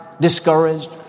discouraged